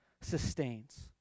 sustains